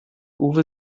uwe